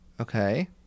Okay